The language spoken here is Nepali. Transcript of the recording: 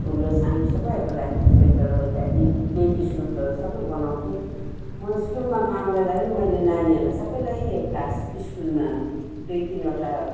ठुलो सानो सबैहरूको लागि म स्वेटर इत्यादि बेबी सुटहरू सबै बनाउँछु म स्कुलमा काम गर्दा पनि मैले नानीहरूलाई सबैलाई क्लास स्कुलमा दुई तिनवटा